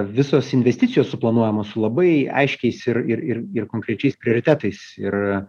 visos investicijos suplanuojamos su labai aiškiais ir ir ir ir konkrečiais prioritetais ir